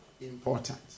important